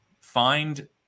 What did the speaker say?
find